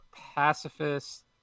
pacifist